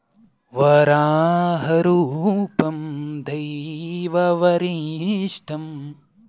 plum ಹಣ್ಣ್ ಮ್ಯಾಲ್ ನೆರಳಿ ಮಿಕ್ಸ್ ಕೆಂಪ್ ಬಣ್ಣದ್ ಇರ್ತದ್ ವಳ್ಗ್ ಹಸ್ರ್ ಮಿಕ್ಸ್ ಹಳ್ದಿ ಬಣ್ಣ ಇರ್ತದ್